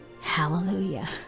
hallelujah